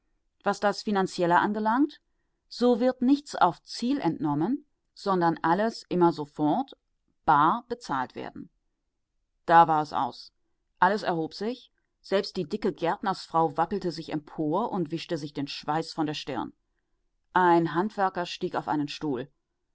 was das finanzielle anbelangt so wird nichts auf ziel entnommen sondern alles immer sofort bar bezahlt werden da war es aus alles erhob sich selbst die dicke gärtnersfrau wappelte sich empor und wischte sich den schweiß von der stirn ein handwerker stieg auf einen stuhl